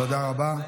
תודה רבה.